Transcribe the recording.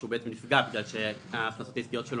שהוא נפגע בגלל שההכנסות העסקיות שלו